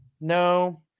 No